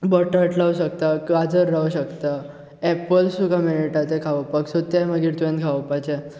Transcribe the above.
बटाट लावंक शकता गाजर लावंक शकता एप्पल्स तुका मेळटा ते खावपाक सो ते मागीर तुवेंन खावपाचे